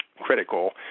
critical